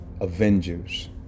Avengers